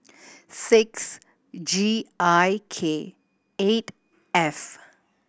six G I K eight F